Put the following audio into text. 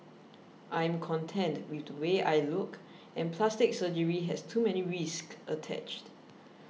I am content with the way I look and plastic surgery has too many risk attached